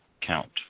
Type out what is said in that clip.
count